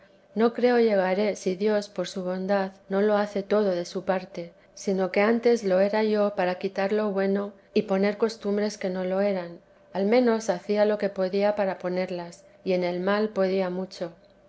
ni creo llegaré si dios por su bondad no lo hace todo de su parte sino antes lo era yo para quitar lo teresa de jes j bueno y poner costumbres que no lo eran al menos hacía lo que podía para ponerlas y en el mal podía mucho